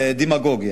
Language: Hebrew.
דמגוגיה.